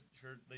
sure